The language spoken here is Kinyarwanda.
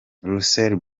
russell